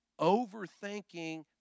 overthinking